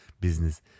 business